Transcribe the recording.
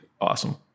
awesome